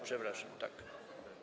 Przepraszam, tak.